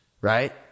right